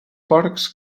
porcs